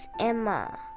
Emma